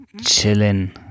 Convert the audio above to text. chilling